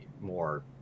more